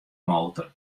motor